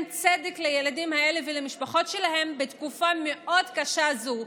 צדק לילדים האלה ולמשפחות שלהם בתקופה מאוד קשה זו.